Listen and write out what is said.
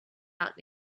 out